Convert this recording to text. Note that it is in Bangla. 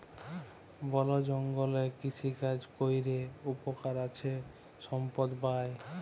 বল জঙ্গলে কৃষিকাজ ক্যরে উপকার আছে সম্পদ পাই